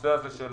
הנושא הזה של